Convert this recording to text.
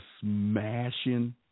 smashing